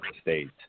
States